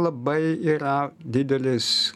labai yra didelis